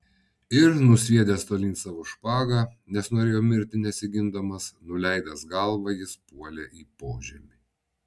ir nusviedęs tolyn savo špagą nes norėjo mirti nesigindamas nuleidęs galvą jis puolė į požemį